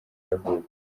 yavutse